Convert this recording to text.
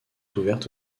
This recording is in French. ouverte